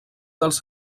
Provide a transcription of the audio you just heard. dels